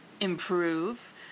improve